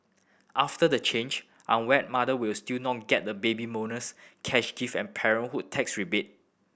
after the change unwed mother will still not get the Baby Bonus cash gift and parenthood tax rebate